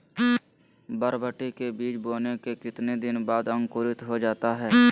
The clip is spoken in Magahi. बरबटी के बीज बोने के कितने दिन बाद अंकुरित हो जाता है?